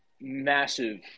massive